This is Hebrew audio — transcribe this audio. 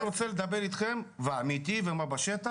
אני רוצה לדבר אתכם על מה שקורה בשטח.